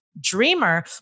Dreamer